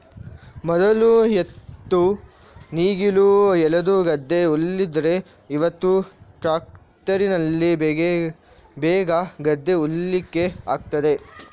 ಮೊದ್ಲು ಎತ್ತು ನೇಗಿಲು ಎಳೆದು ಗದ್ದೆ ಉಳ್ತಿದ್ರೆ ಇವತ್ತು ಟ್ರ್ಯಾಕ್ಟರಿನಲ್ಲಿ ಬೇಗ ಗದ್ದೆ ಉಳ್ಳಿಕ್ಕೆ ಆಗ್ತದೆ